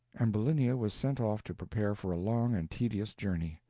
ambulinia was sent off to prepare for a long and tedious journey.